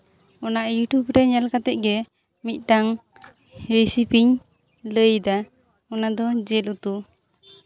ᱚᱱᱟ ᱤᱭᱩᱴᱩᱵᱽ ᱨᱮ ᱧᱮᱞ ᱠᱟᱛᱮᱫ ᱜᱮ ᱢᱤᱫᱴᱟᱝ ᱨᱮᱥᱤᱯᱤᱧ ᱞᱟᱹᱭᱫᱟ ᱚᱱᱟ ᱫᱚ ᱡᱮᱞ ᱩᱛᱩ